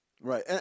Right